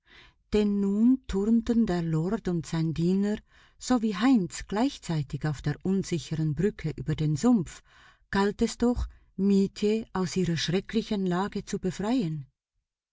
denn nun turnten der lord und sein diener sowie heinz gleichzeitig auf der unsicheren brücke über den sumpf galt es doch mietje aus ihrer schrecklichen lage zu befreien